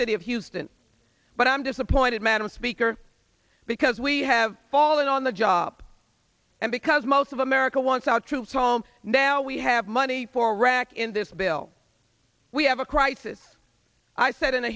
city of houston but i'm disappointed madam speaker because we have fallen on the job and because most of america wants our troops home now we have money for rac in this bill we have a crisis i said in